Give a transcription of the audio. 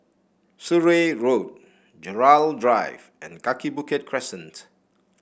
Surrey Road Gerald Drive and Kaki Bukit Crescent